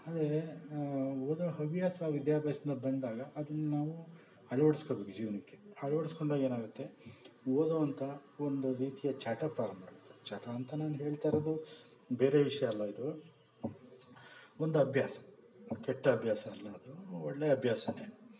ಆದರೆ ಓದೋ ಹವ್ಯಾಸ ವಿದ್ಯಾಭ್ಯಾಸದಿಂದ ಬಂದಾಗ ಅದನ್ನಾವು ಅಳವಡ್ಸ್ಕೊಬೇಕು ಜೀವನಕ್ಕೆ ಅಳವಡ್ಸ್ಕೊಂಡಾಗ ಏನಾಗತ್ತೆ ಓದೋವಂಥ ಒಂದು ರೀತಿಯ ಚಟ ಪ್ರಾರಂಭವಾಗತ್ತೆ ಚಟ ಅಂತ ನಾನು ಹೇಳ್ತಾರೋದು ಬೇರೆ ವಿಷಯ ಅಲ್ಲ ಇದು ಒಂದು ಅಭ್ಯಾಸ ಕೆಟ್ಟ ಅಭ್ಯಾಸ ಅಲ್ಲ ಅದು ಒಳ್ಳೆ ಅಭ್ಯಾಸನೇ